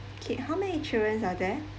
okay how many children are there